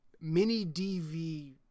mini-DV